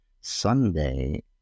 Sunday